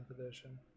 edition